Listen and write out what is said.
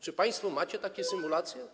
Czy państwo macie takie symulacje?